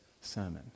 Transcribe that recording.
sermon